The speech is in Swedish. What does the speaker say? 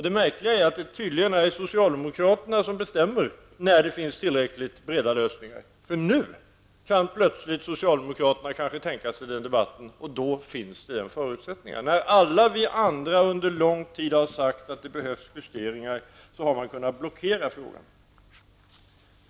Det märkliga är att det tydligen är socialdemokraterna som bestämmer när det finns tillräckligt breda lösningar, för nu kan plötsligt socialdemokraterna kanske tänka sig den debatten, och då finns det förutsättningar. När alla vi andra under lång tid har sagt att det behövs justeringar, har socialdemokraterna kunnat blockera frågan.